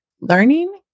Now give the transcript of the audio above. learning